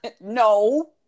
No